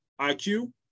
IQ